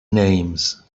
names